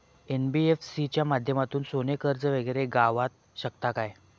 NBFC च्या माध्यमातून सोने कर्ज वगैरे गावात शकता काय?